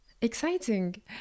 Exciting